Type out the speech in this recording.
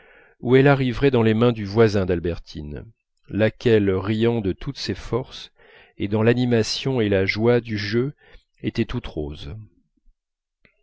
où elle arriverait dans les mains du voisin d'albertine laquelle riant de toutes ses forces et dans l'animation et la joie du jeu était toute rose